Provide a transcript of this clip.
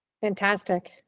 Fantastic